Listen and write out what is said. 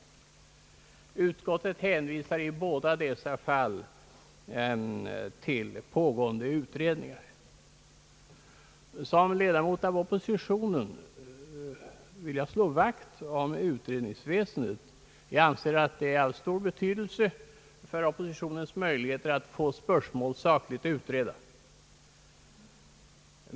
Utskottet hänvisar i båda dessa fall till pågående utredningar. Som tillhörande oppositionen vill jag slå vakt om utredningsväsendet. Jag anser att det har stor betydelse för oppositionens möjligheter att få spörsmål sakligt utredda.